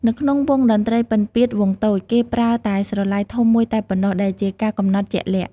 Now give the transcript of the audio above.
នៅក្នុងវង់តន្ត្រីពិណពាទ្យវង់តូច គេប្រើតែស្រឡៃធំមួយតែប៉ុណ្ណោះ ដែលជាការកំណត់ជាក់លាក់។